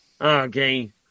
Okay